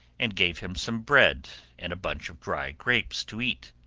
and gave him some bread and a bunch of dry grapes to eat.